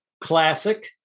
Classic